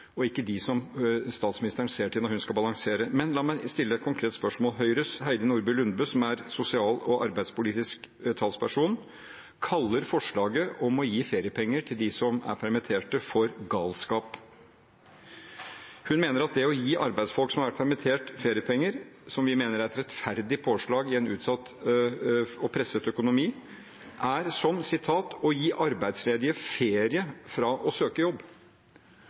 og ikke dem statsministeren ser til når hun skal balansere. Men la meg stille et konkret spørsmål. Høyres Heidi Nordby Lunde, som er sosial- og arbeidspolitisk talsperson, kaller forslaget om å gi feriepenger til dem som er permitterte, for galskap. Hun mener at det å gi arbeidsfolk som har vært permittert, feriepenger, som vi mener er et rettferdig påslag i en utsatt og presset økonomi, er som «å gi arbeidsledige ferie fra å søke jobb».